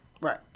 Right